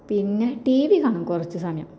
പിന്നെ T V കാണും കുറച്ചു സമയം